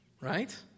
Right